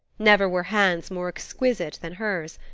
never were hands more exquisite than hers,